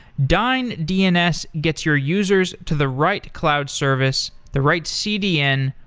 dyn dns gets your users to the right cloud service, the right cdn,